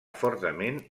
fortament